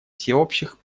всеобщих